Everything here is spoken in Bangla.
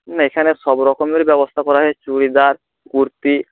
এখানে সব রকমের ব্যবস্থা করা হয় চুড়িদার কুর্তি